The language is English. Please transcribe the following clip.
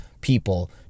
people